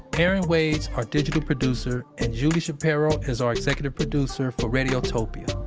erin wade's our digital producer, and julie shapiro is our executive producer for radiotopia.